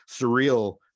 surreal